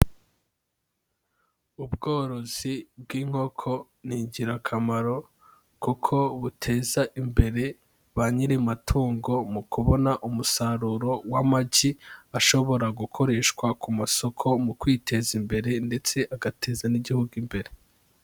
Ubworozi bw'inkoko ni ingirakamaro, kuko buteza imbere ba nyiri amatungo mu kubona umusaruro w'amagi ashobora gukoreshwa ku masoko mu kwiteza imbere, ndetse agateza n'igihugu imbere.